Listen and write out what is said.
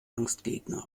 angstgegner